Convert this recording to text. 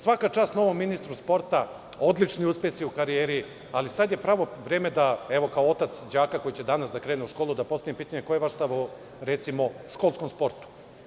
Svaka čast novom ministru sporta, odlični uspesi u karijeri, ali sad je pravo vreme, evo, kao otac đaka koji će danas da krene u školu, da postavim pitanje – koji je vaš stav o, recimo, školskom sportu?